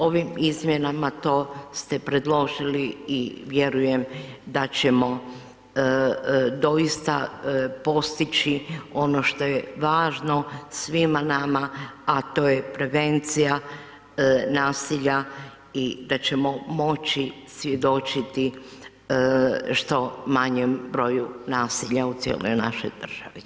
Ovim izmjenama to ste predložili i vjerujem da ćemo doista postići ono što je važno svima nama a to je prevencija nasilja i da ćemo moći svjedočiti što manjem broju nasilja u cijeloj našoj državi.